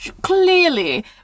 Clearly